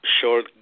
short